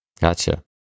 Gotcha